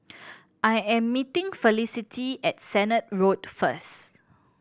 I am meeting Felicity at Sennett Road first